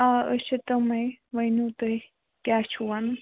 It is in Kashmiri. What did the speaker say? آ أسۍ چھِ تِمے ؤنِو تُہۍ کیٛاہ چھُو وَنُن